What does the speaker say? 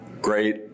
great